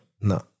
No